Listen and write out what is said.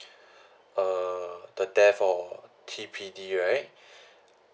uh the death or T_P_D right